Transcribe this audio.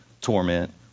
torment